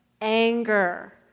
Anger